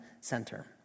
center